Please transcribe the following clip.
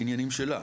העניינים שלה.